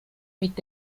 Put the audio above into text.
mit